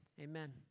amen